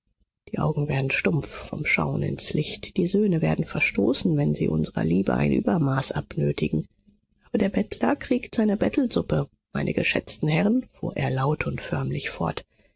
die augen werden stumpf vom schauen ins licht die söhne werden verstoßen wenn sie unsrer liebe ein übermaß abnötigen aber der bettler kriegt seine bettelsuppe meine geschätzten herren fuhr er laut und förmlich fort